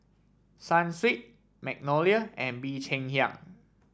Sunsweet Magnolia and Bee Cheng Hiang